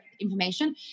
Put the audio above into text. information